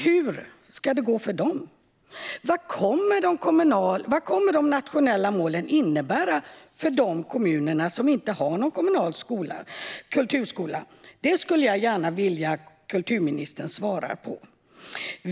Hur ska det gå för dem? Vad kommer de nationella målen att innebära för de kommuner som inte har någon kommunal kulturskola? Det skulle jag gärna vilja att kulturministern svarade på.